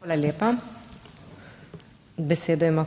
Hvala lepa. Besedo ima